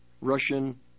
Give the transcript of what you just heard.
Russian